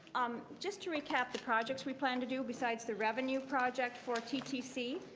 um just to recap the projects we plan to do besides the revenue project for ttc.